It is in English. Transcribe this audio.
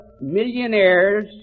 millionaires